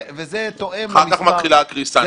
אחר כך מתחילה הקריסה.